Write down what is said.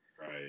Right